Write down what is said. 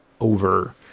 over